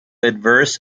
adverse